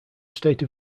state